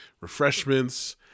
refreshments